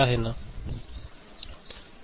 बरोबर